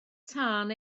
tân